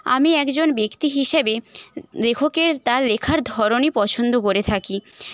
আমি একজন ব্যক্তি হিসেবে লেখকের তার লেখার ধরনই পছন্দ করে থাকি